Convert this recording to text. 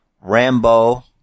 Rambo